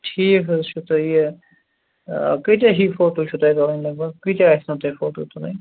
ٹھیٖک حظ چھُ تہٕ یہِ ٲں کۭتیاہ ہی فوٹو چھُو تۄہہِ تُلٕنۍ لگ بھگ کۭتیاہ آسنَو تۄہہِ فوٹو تُلٕنۍ